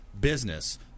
business